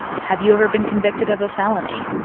have you ever been convicted of a felony?